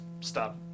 stop